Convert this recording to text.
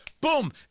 Boom